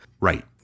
Right